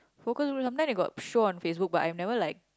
focus group sometime they got show on Facebook I have never like